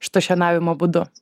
šitu šienavimo būdu